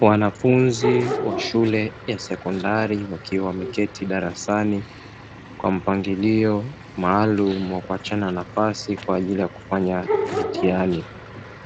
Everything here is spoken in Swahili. Wanafunzi wa shule ya sekondari wakiwa wameketi darasani kwa mpangilio maalumu wa kuachiana nafasi kwa ajili ya kufanya mitihani,